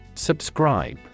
subscribe